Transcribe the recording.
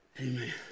Amen